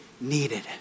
needed